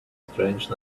strange